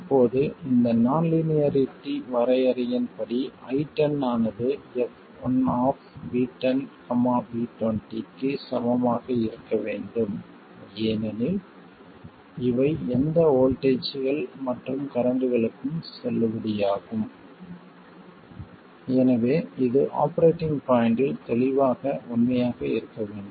இப்போது இந்த நான் லீனியாரிட்டி வரையறையின்படி I10 ஆனது f1V10V20 க்கு சமமாக இருக்க வேண்டும் ஏனெனில் இவை எந்த வோல்ட்டேஜ்கள் மற்றும் கரண்ட்களுக்கும் செல்லுபடியாகும் எனவே இது ஆபரேட்டிங் பாய்ண்ட்டில் தெளிவாக உண்மையாக இருக்க வேண்டும்